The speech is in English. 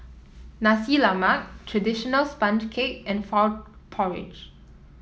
Nasi Lemak traditional sponge cake and Frog Porridge